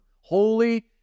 Holy